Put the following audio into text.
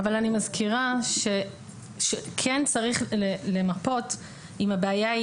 אני מזכירה שכן צריך למפות אם הבעיה היא